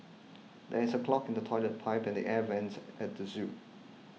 there is a clog in the Toilet Pipe and the Air Vents at the zoo